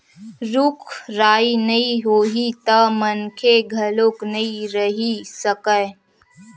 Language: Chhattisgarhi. रूख राई नइ होही त मनखे घलोक नइ रहि सकय